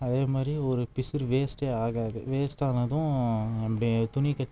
அதே மாதிரி ஒரு பிசிறு வேஸ்ட்டே ஆகாது வேஸ்ட்டானதும் அப்டேயே துணி கட்